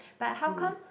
but how come